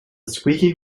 squeaky